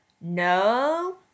no